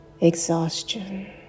exhaustion